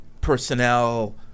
personnel